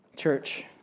Church